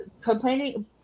Complaining